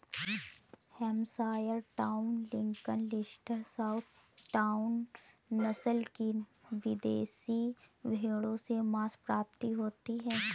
Hampshire town, Lincoln, Leicester, south town, नस्ल की विदेशी भेंड़ों से माँस प्राप्ति होती है